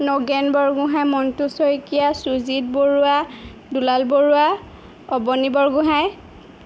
Nagen Borgohain Montu Saikia Sujit Barua Dulal Barua Aboni Borgohain